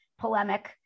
polemic